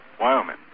Wyoming